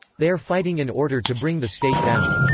they are fighting in order to bring the state down.